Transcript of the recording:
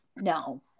no